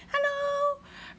hello